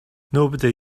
nobody